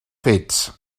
fets